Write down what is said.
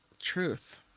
Truth